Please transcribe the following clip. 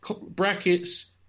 brackets